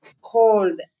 cold